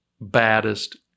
baddest